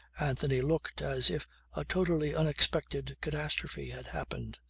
anthony looked as if a totally unexpected catastrophe had happened.